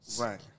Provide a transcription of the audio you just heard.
Right